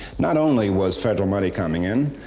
not only was federal money coming in,